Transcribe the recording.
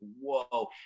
whoa